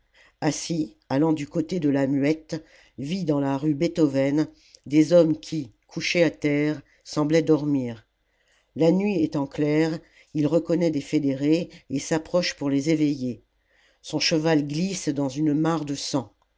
assi allant du côté de la muette vit dans la rue bethowen des hommes qui couchés à la commune terre semblaient dormir la nuit étant claire il reconnaît des fédérés et s'approche pour les éveiller son cheval glisse dans une mare de sang